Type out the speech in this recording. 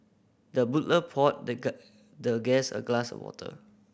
the butler poured the guy the guest a glass of water